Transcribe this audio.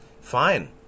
Fine